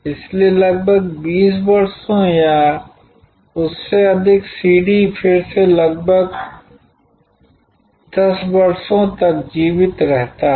इसलिए लगभग 20 वर्षों या उससे अधिक सीडी फिर से लगभग 10 वर्षों तक जीवित रहता है